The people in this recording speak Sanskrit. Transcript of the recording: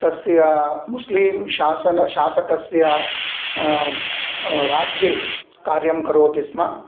तस्य मुस्लीं शासन शासकस्य राज्ये कार्यं करोति स्म